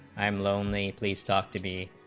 um lonely please talk to be